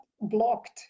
blocked